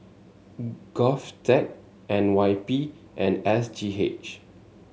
Govtech N Y P and S G H